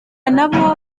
nabo